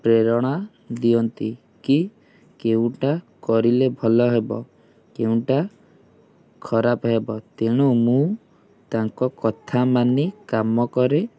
ପ୍ରେରଣା ଦିଅନ୍ତି କି କେଉଁଟା କରିଲେ ଭଲ ହେବ କେଉଁଟା ଖରାପ ହେବ ତେଣୁ ମୁଁ ତାଙ୍କ କଥା ମାନି କାମ କରେ